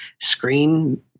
screen